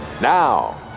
Now